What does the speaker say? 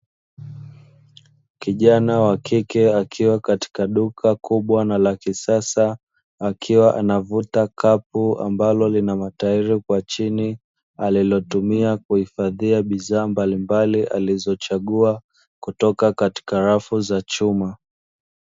Kijana wa kike akiwa katika duka kubwa na la kisasa akiwa anavuta kapu, ambalo lina matairi kwa chini alilotumia kuhifadhia bidhaa mbalimbali alizochagua kutoka katika rafu za chuma.